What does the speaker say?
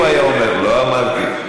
לא, לא, לי הוא היה אומר, לא אמרתי.